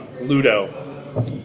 Ludo